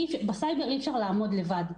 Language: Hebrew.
אי-אפשר להילחם לבד בסייבר,